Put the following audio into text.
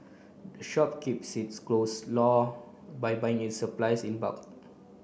the shop keeps its clothe low by buying its supplies in bulk